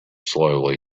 slowly